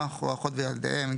אח או אחות וילדיהם,